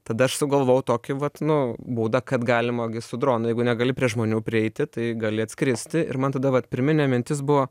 tada aš sugalvojau tokį vat nu būdą kad galima su dronu jeigu negali prie žmonių prieiti tai gali atskristi ir man tada vat pirminė mintis buvo